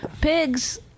Pigs